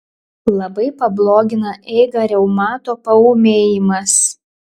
labai pablogina eigą reumato paūmėjimas